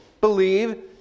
believe